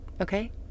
Okay